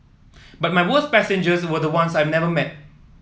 but my worst passengers were the ones I never met